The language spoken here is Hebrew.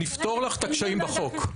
נפתור לך את הקשיים בחוק.